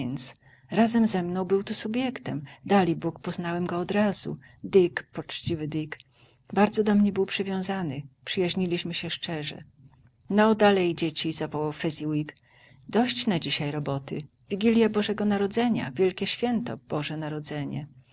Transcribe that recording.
razem ze mną był tu subiektem dalibóg poznałem go odrazu dick poczciwy dick bardzo do mnie był przywiązany przyjaźniliśmy się szczerze no dalej dzieci zawołał fezziwig dość na dzisiaj roboty wigilja bożego narodzenia wielkie święto boże narodzenie